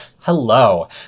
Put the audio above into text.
hello